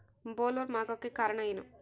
Bollworm ಆಗೋಕೆ ಕಾರಣ ಏನು?